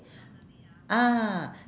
ah